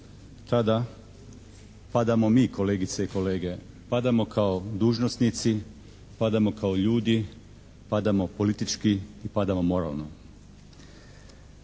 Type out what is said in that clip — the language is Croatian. tada padamo mi kolegice i kolege, padamo kao dužnosnici, padamo kao ljudi, padamo politički i padamo moralno.